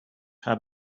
had